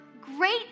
great